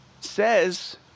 says